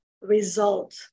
result